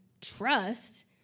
trust